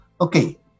Okay